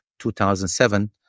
2007